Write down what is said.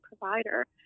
provider